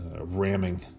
ramming